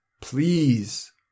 Please